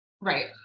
Right